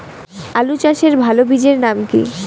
আলু চাষের ভালো বীজের নাম কি?